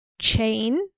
chain